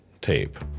tape